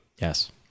yes